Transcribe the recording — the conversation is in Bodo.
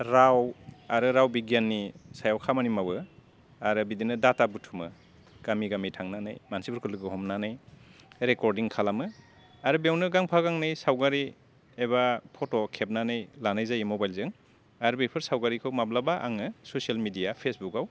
राव आरो राव बिगियाननि सायाव खामानि मावो आरो बिदिनो दाथा बुथुमो गामि गानि थांनानै मानसिफोरखौ लोगो हमनानै रेकर्दिं खालामो आरो बेयावनो गांफा गांनै सावगारि एबा फट' खेबनानै लानाय जायो मबाइलजों आरो बेफोर सावगारिखौ माब्लाबा आङो ससियेल मेडिया फेसबुकआव